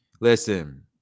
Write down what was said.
listen